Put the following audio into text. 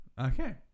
Okay